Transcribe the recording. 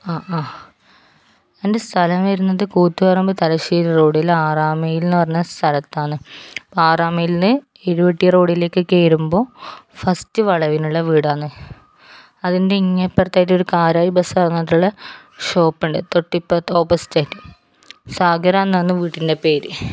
ആഹ് ആഹ് എന്റെ സ്ഥലം വരുന്നത് കൂത്തുപറമ്പ് തലശ്ശേരി റോഡിൽ ആറാം മൈലിൽ എന്ന് പറയുന്ന സ്ഥലത്താണ് അപ്പോൾ ആറാം മൈലിൽ നിന്ന് ഇരുട്ടി റോഡിലേക്ക് കയറുമ്പോൾ ഫസ്റ്റ് വളവിനുള്ള വീടാണ് അതിന്റെ ഇങ്ങേ അപ്പുറത്തായിട്ട് ഒരു കാരായി ബെസ് എന്ന് പറഞ്ഞിട്ടുള്ള ഷോപ്പുണ്ട് തൊട്ട് ഇപ്പുറത്ത് ഓപ്പോസിറ്റ് ആയിട്ട് സാഗര എന്നാണ് വീട്ടിന്റെ പേര്